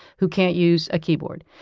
who can't use a keyboard.